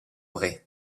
bray